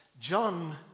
John